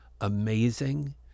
amazing